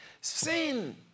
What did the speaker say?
Sin